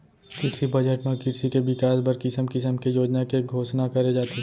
किरसी बजट म किरसी के बिकास बर किसम किसम के योजना के घोसना करे जाथे